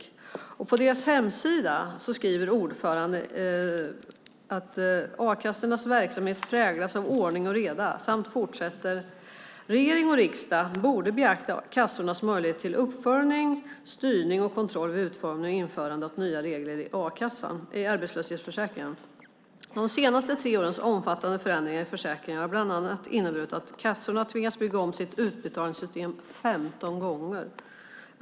På organisationens hemsida skriver ordföranden att a-kassornas verksamhet präglas av ordning och reda samt fortsätter: "Regering och riksdag borde beakta kassornas möjlighet till uppföljning, styrning och kontroll vid utformningen och införandet av nya regler i arbetslöshetsförsäkringen. De senaste tre årens omfattande förändringar i försäkringen har bl.a. inneburit att kassorna tvingats bygga om sina utbetalningssystem 15 gånger.